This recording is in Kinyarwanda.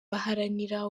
baharanira